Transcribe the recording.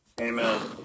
Amen